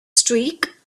streak